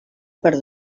per